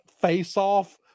face-off